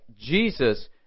Jesus